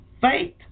Faith